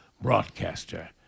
broadcaster